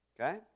Okay